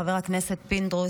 חבר הכנסת פינדרוס,